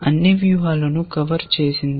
అన్ని వ్యూహాలను కవర్ చేసింది